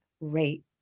rate